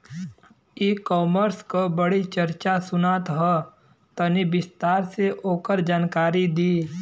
ई कॉमर्स क बड़ी चर्चा सुनात ह तनि विस्तार से ओकर जानकारी दी?